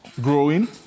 growing